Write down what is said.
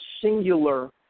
singular